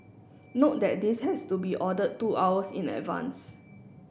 note that this has to be ordered two hours in advance